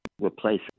replace